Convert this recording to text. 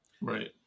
Right